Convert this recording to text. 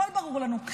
הכול ברור לנו.